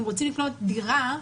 אם רוצים לקנות דירה,